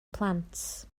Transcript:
plant